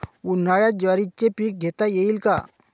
उन्हाळ्यात ज्वारीचे पीक घेता येईल का?